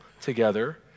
together